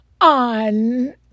on